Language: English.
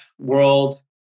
world